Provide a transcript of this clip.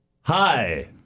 hi